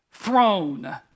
throne